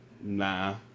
nah